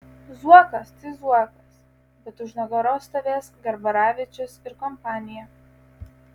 zuokas tai zuokas bet už nugaros stovės garbaravičius ir kompanija